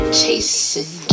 chasing